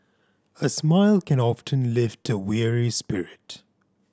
a smile can often lift up a weary spirit